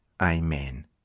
Amen